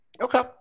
Okay